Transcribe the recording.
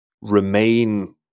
remain